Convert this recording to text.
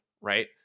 right